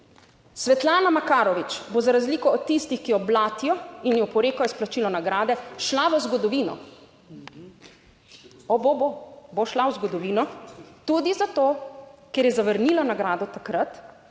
Svetlana Makarovič bo za razliko od tistih, ki jo blatijo in oporekajo izplačilu nagrade, šla v zgodovino. O bo, bo, bo šla v zgodovino tudi zato, ker je zavrnila nagrado takrat,